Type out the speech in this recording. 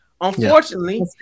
Unfortunately